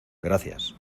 gracias